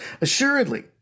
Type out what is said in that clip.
assuredly